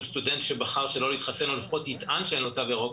סטודנט שבחר שלא להתחסן או לפחות יטען שאין לו תו ירוק.